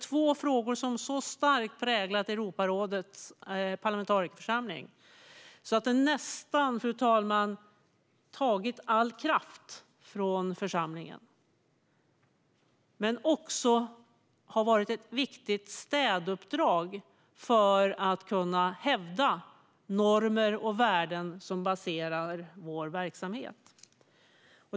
Två frågor, fru talman, har så starkt präglat Europarådets parlamentarikerförsamling att det nästan tagit all kraft från församlingen, men det har också varit ett viktigt städuppdrag för att kunna hävda de normer och värden som vår verksamhet baseras på.